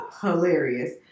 hilarious